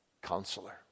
counselor